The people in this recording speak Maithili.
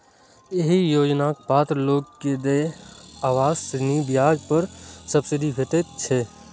एहि योजनाक पात्र लोग कें देय आवास ऋण ब्याज पर सब्सिडी भेटै छै